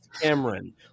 Cameron